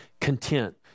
content